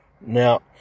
now